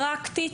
פרקטית,